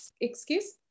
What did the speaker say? Excuse